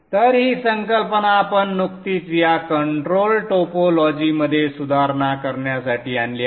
तर ही संकल्पना आपण नुकतीच या कंट्रोल टोपोलॉजीमध्ये सुधारणा करण्यासाठी आणली आहे